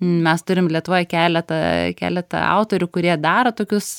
mes turim lietuvoj keletą keletą autorių kurie daro tokius